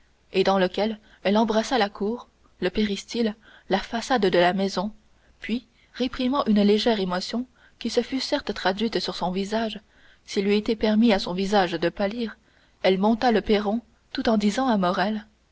et dans lequel elle embrassa la cour le péristyle la façade de la maison puis réprimant une légère émotion qui se fût certes traduite sur son visage s'il eût été permis à son visage de pâlir elle monta le perron tout en disant à morrel